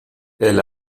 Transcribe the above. elle